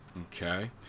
Okay